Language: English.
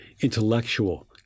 intellectual